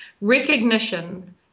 recognition